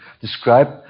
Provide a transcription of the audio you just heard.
describe